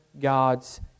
God's